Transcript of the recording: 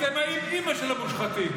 אתם האימ-אימא של המושחתים.